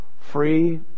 free